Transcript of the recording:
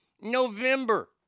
November